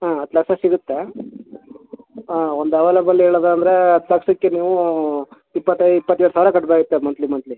ಹಾಂ ಹತ್ತು ಲಕ್ಷ ಸಿಗುತ್ತೆ ಹಾಂ ಒಂದು ಅವೈಲಬಲ್ ಹೇಳೋದಂದರೆ ಹತ್ತು ಲಕ್ಷಕ್ಕೆ ನೀವು ಇಪ್ಪತ್ತೈದು ಇಪ್ಪತ್ತೇಳು ಸಾವಿರ ಕಟ್ಬೆಕಾತ್ತೆ ಮಂತ್ಲಿ ಮಂತ್ಲಿ